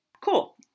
Cool